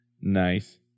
Nice